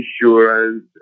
insurance